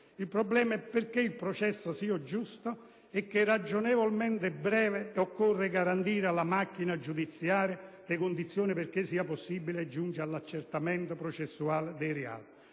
il problema è che perché il processo sia "giusto" e anche ragionevolmente "breve", occorre garantire alla macchina giudiziaria le condizioni perché sia possibile giungere all'accertamento processuale dei reati.